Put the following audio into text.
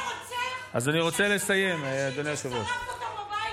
אני רוצה לסיים, אדוני היושב-ראש.